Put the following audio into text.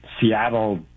Seattle